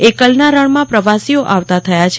એકલના રણમાં પ્રવાસીઓ આવતા થયા છે